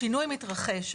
השינוי מתרחש.